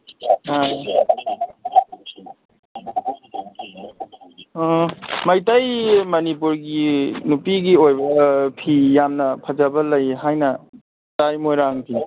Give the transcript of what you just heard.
ꯑꯥ ꯑꯣ ꯃꯩꯇꯩ ꯃꯅꯤꯄꯨꯔꯒꯤ ꯅꯨꯄꯤꯒꯤ ꯑꯣꯏꯕ ꯐꯤ ꯌꯥꯝꯅ ꯐꯖꯕ ꯂꯩ ꯍꯥꯏꯅ ꯇꯥꯏ ꯃꯣꯏꯔꯥꯡ ꯐꯤ